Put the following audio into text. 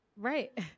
Right